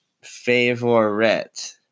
favorite